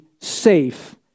safe